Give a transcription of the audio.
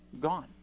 Gone